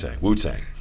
Wu-Tang